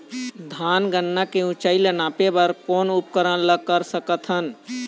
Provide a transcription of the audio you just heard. धान गन्ना के ऊंचाई ला नापे बर कोन उपकरण ला कर सकथन?